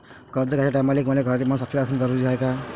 कर्ज घ्याचे टायमाले मले घरातील माणूस साक्षीदार असणे जरुरी हाय का?